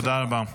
תודה רבה.